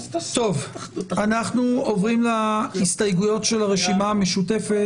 אנחנו עוברים להסתייגויות של הרשימה המשותפת.